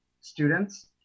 students